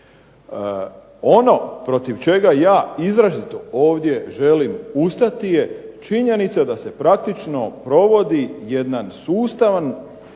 Ono protiv čega ja izrazito ovdje želim ustati je činjenica da se praktično provodi jedan sustavan